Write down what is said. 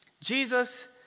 Jesus